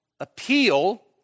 appeal